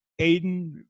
Aiden